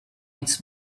its